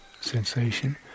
sensation